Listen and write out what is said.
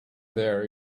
there